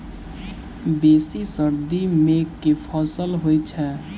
बेसी सर्दी मे केँ फसल होइ छै?